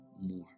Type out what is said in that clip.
more